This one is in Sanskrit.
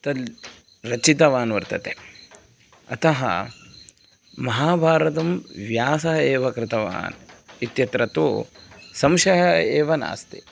तद् रचितवान् वर्तते अतः महाभारतं व्यासः एव कृतवान् इत्यत्र तु संशयः एव नास्ति